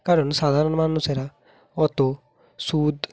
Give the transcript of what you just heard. কারণ সাধারণ মানুষেরা অত সুদ